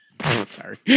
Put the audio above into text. Sorry